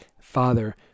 father